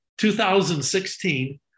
2016